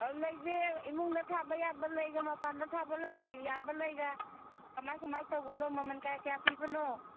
ꯂꯩꯁꯦ ꯏꯃꯨꯡꯗ ꯊꯥꯕ ꯌꯥꯕ ꯂꯩꯒ ꯃꯄꯥꯟꯗ ꯊꯥꯕ ꯌꯥꯕ ꯂꯩꯒ ꯀꯃꯥꯏ ꯀꯃꯥꯏ ꯇꯧꯕꯅꯣ ꯃꯃꯟ ꯀꯌꯥ ꯀꯌꯥ ꯄꯤꯕꯅꯣ